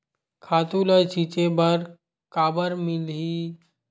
खातु ल छिंचे बर काबर मिलही?